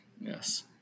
Yes